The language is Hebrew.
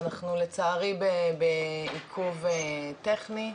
אנחנו לצערי בעיכוב טכני,